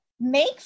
make